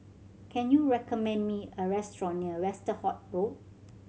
can you recommend me a restaurant near Westerhout Road